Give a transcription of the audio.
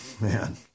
man